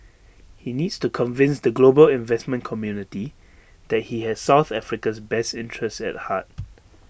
he needs to convince the global investment community that he has south Africa's best interests at heart